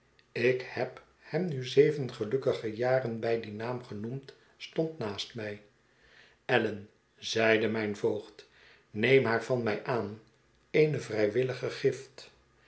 ik heb hem nu zeven gelukkige jaren bij dien naam genoemd stond naast mij allan zeide mijn voogd neem haar van mij aan eene vrijwillige gift